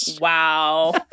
Wow